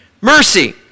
Mercy